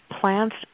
plants